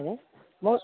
হয় মই